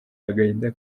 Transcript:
agahinda